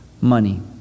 money